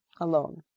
alone